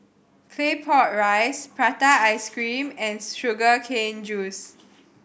Claypot Rice prata ice cream and sugar cane juice